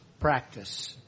practice